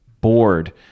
bored